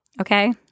Okay